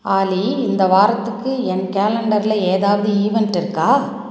ஆலி இந்த வாரத்துக்கு என் கேலண்டரில் ஏதாவது ஈவெண்ட் இருக்கா